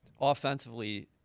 offensively